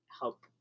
help